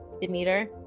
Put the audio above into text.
Demeter